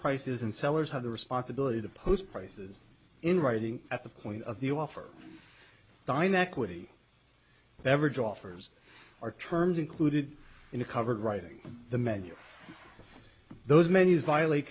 prices and sellers have the responsibility to post prices in writing at the point of the offer dynamic witty beverage offers are terms included in a covered writing the menu those menus violate